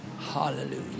Hallelujah